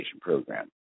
program